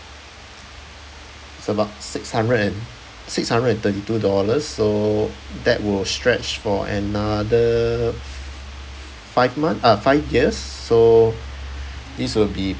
it's about six hundred and six hundred and thirty two dollars so that will stretch for another five month uh five years so this will be